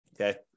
Okay